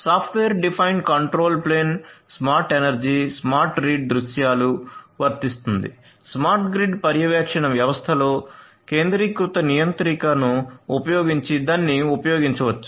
software defined control plane smart energy smart read దృశ్యాలు వర్తిస్తుంది smart grid పర్యవేక్షణ వ్యవస్థలలో కేంద్రీకృత నియంత్రికను ఉపయోగించి దాన్ని ఉపయోగించవచ్చు